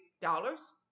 dollars